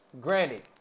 Granted